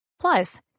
Plus